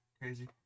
crazy